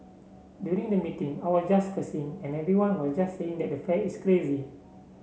during the meeting I was just cursing and everyone was just saying that the fare is crazy